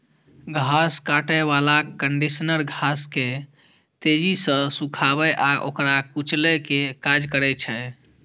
घास काटै बला कंडीशनर घास के तेजी सं सुखाबै आ ओकरा कुचलै के काज करै छै